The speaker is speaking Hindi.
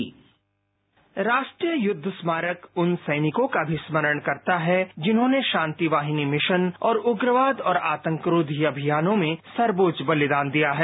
साउंड बाईट राष्ट्रीय युद्ध स्मारक उन सैनिकों का भी स्मरण करता है जिन्होंने शांतिवाहिनी मिशन और उग्रवाद और आंतकरोधी अमियानों में सर्वोच्च बलिदान दिया है